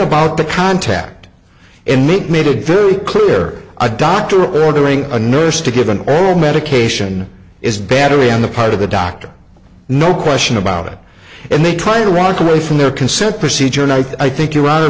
about the contact him it made it very clear a doctor ordering a nurse to give an oral medication is battery on the part of the doctor no question about it and they try to run away from their consent procedure and i think you